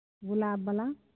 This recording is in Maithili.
गुलाब बला